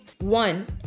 One